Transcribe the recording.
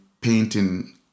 painting